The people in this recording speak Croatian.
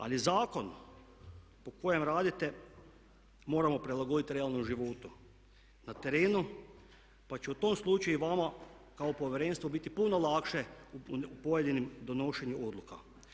Ali zakon po kojem radite moramo prilagoditi realnom životu na terenu, pa ću u tom slučaju i vama kao Povjerenstvu biti puno lakše u pojedinim donošenju odluka.